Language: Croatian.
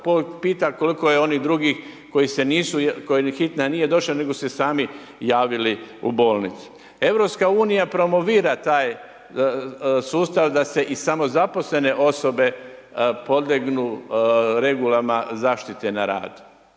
je koliko je onih drugih koje hitna nije došla, nego su se sami javili u bolnicu. EU promovira taj sustav da se i samozaposlene osobe podlegnu regulama zaštite na radu.